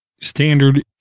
standard